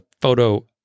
photo